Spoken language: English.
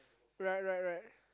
right right right